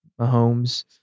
Mahomes